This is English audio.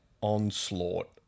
onslaught